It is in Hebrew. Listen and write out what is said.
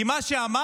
כי מה שאמרת,